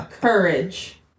Courage